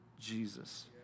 Jesus